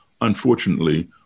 unfortunately